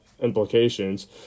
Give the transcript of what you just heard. implications